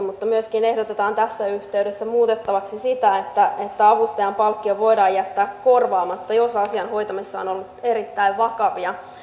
mutta myöskin ehdotetaan tässä yhteydessä muutettavaksi sitä että avustajan palkkio voidaan jättää korvaamatta jos asian hoitamisessa on ollut erittäin vakavia